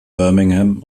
birmingham